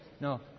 No